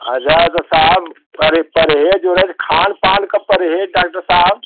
अच्छा तो साहब परहेज़ उरहेज खान पान का परहेज़ डॉक्टर साहब